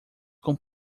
com